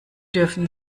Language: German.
dürfen